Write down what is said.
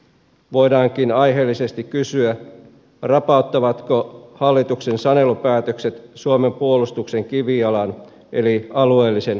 voidaankin aiheellisesti kysyä rapauttavatko hallituksen sanelupäätökset suomen puolustuksen kivijalan eli alueellisen maanpuolustuksen